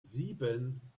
sieben